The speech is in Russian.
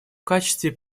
качестве